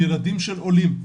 ילדים של עולים.